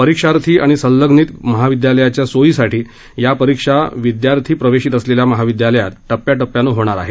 परीक्षार्थी आणि संलग्नित महाविदयालयाच्या सोयीसाठी या परीक्षा विदयार्थी प्रवेशित असलेल्या महाविदयालयात टप्प्याटप्प्यानं होणार आहेत